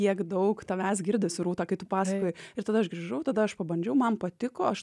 tiek daug tavęs girdisi rūta kai tu pasakoji ir tada aš grįžau tada aš pabandžiau man patiko aš